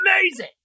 amazing